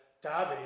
David